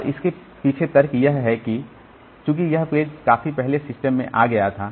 और इसके पीछे तर्क यह है कि चूंकि यह पेज काफी पहले सिस्टम में आ गया था